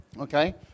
Okay